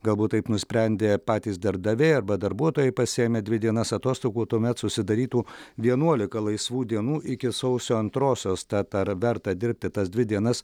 galbūt taip nusprendė patys darbdaviai arba darbuotojai pasiėmę dvi dienas atostogų tuomet susidarytų vienuolika laisvų dienų iki sausio antrosios tad ar verta dirbti tas dvi dienas